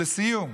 לסיום,